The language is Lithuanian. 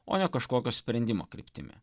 o ne kažkokio sprendimo kryptimi